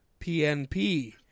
PNP